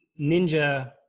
ninja